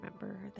remember